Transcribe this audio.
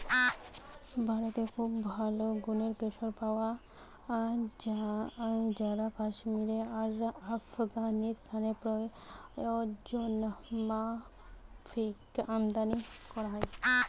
ভারতে খুব ভালো গুনের কেশর পায়া যায় কাশ্মীরে আর আফগানিস্তানে প্রয়োজনমাফিক আমদানী কোরা হয়